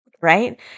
right